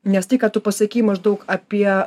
nes tai ką tu pasakei maždaug apie